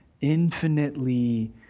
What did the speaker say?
infinitely